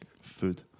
food